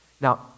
Now